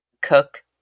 cook